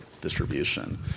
distribution